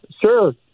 Sure